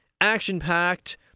action-packed